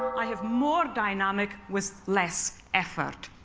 i have more dynamic with less effort.